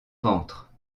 ventre